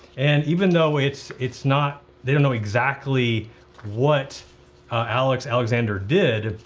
and even though it's it's not, they don't know exactly what alex, alexander did,